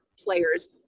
players